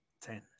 Ten